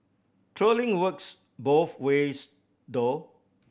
trolling works both ways though